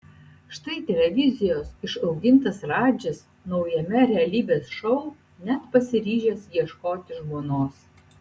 štai televizijos išaugintas radžis naujame realybės šou net pasiryžęs ieškoti žmonos